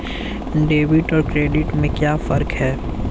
Debit और credit में क्या फर्क है?